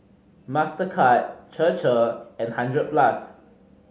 Mastercard Chir Chir and Hundred Plus